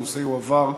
הנושא יועבר,